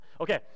Okay